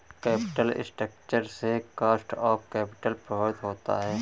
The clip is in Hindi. कैपिटल स्ट्रक्चर से कॉस्ट ऑफ कैपिटल प्रभावित होता है